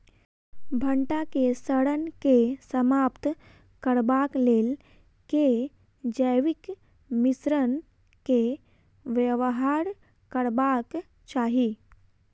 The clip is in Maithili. भंटा केँ सड़न केँ समाप्त करबाक लेल केँ जैविक मिश्रण केँ व्यवहार करबाक चाहि?